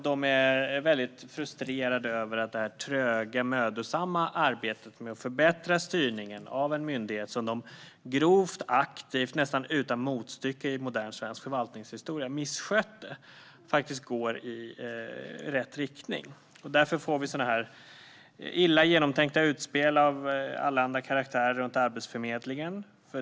De är väldigt frustrerade över att det tröga, mödosamma arbetet med att förbättra styrningen av en myndighet som de grovt och aktivt, nästan utan motstycke i modern svensk förvaltningshistoria, misskötte nu går i rätt riktning. Därför får vi sådana här illa genomtänkta utspel av allehanda karaktär runt Arbetsförmedlingen.